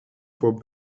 voor